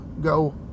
go